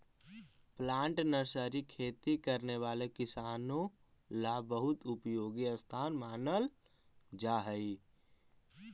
plant nursery खेती करने वाले किसानों ला बहुत उपयोगी स्थान मानल जा हई